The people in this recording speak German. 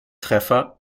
treffer